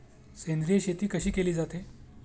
सेंद्रिय शेती कशी केली जाते?